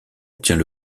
obtient